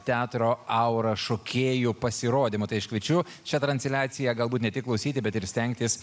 teatro aura šokėjų pasirodymų tai aš kviečiu šią transliaciją galbūt ne tik klausyti bet ir stengtis